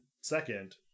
second